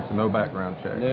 no background check?